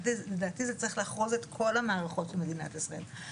לדעתי זה צריך לחרוז את כל המערכות של מדינת ישראל,